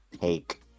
take